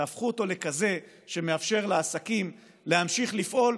תהפכו אותו לכזה שמאפשר לעסקים להמשיך לפעול,